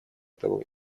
того